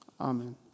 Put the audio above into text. Amen